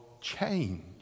change